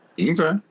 Okay